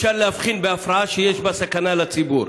אפשר להבחין בהפרעה שיש בה סכנה לציבור.